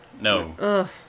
No